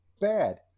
bad